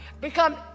become